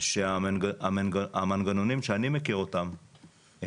שהמנגנונים שאני מכיר אותם,